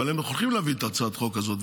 אבל הם מוכרחים להביא את הצעת החוק הזאת.